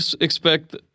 expect